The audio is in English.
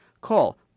Call